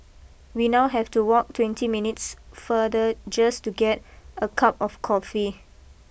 we now have to walk twenty minutes further just to get a cup of coffee